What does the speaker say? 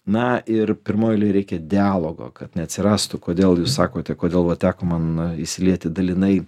na ir pirmoj eilėj reikia dialogo kad neatsirastų kodėl jūs sakote kodėl vat teko man įsilieti dalinai